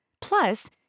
Plus